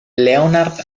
leonard